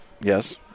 Yes